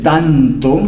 Tanto